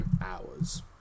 hours